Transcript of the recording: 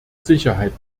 sicherheit